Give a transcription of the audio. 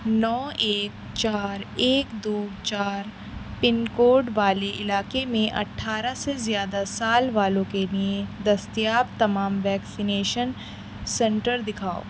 نو ایک چار ایک دو چار پن کوڈ والے علاقے میں اٹھارہ سے زیادہ سال والوں کے لیے دستیاب تمام ویکسینیشن سنٹر دکھاؤ